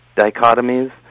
dichotomies